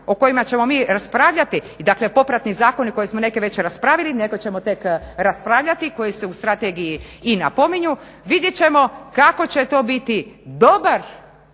o kojima ćemo mi raspravljati i dakle popratni zakoni koje smo neke već raspravili, neke ćemo tek raspraviti koje se u strategiji i napominju. Vidjet ćemo kako će to biti dobar